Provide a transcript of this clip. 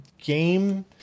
game